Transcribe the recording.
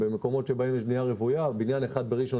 במקומות עם בנייה רוויה בניין אחד בראשון